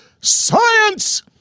science